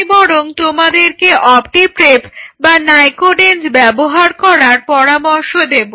আমি বরং তোমাদেরকে অপ্টি প্রেপ বা নাইকোডেঞ্জ ব্যবহার করার পরামর্শ দেব